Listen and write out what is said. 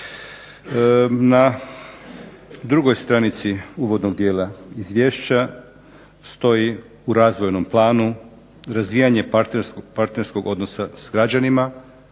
Na drugoj stranici uvodnog dijela izvješća stoji u razvojnom planu razvijanje partnerskog odnosa sa građanima.